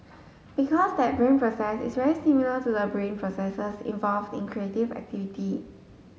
because that brain process is very similar to the brain processes involved in creative activity